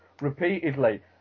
repeatedly